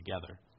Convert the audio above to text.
together